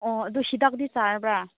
ꯑꯣ ꯑꯗꯨ ꯍꯤꯗꯥꯛꯇꯤ ꯆꯥꯕ꯭ꯔꯥ